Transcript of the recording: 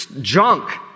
junk